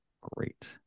Great